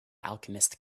alchemist